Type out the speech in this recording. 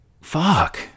fuck